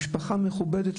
משפחה מכובדת,